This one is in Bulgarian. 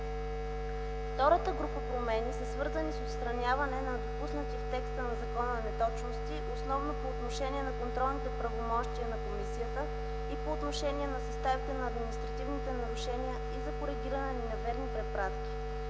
Втората група промени са свързани с отстраняване на допуснати в текста на закона неточности, основно по отношение на контролните правомощия на комисията и по отношение на съставите на административните нарушения и за коригиране на неверни препратки.